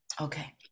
Okay